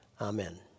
Amen